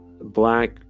black